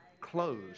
closed